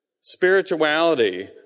spirituality